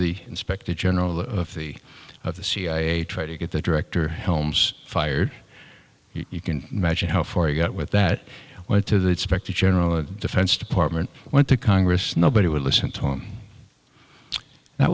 the inspector general of the of the cia try to get the director helms fired you can imagine how far he got with that went to the expected general defense department went to congress nobody would listen to him that